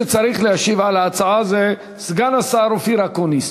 מי שצריך להשיב על ההצעה זה סגן השר אופיר אקוניס.